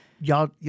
Y'all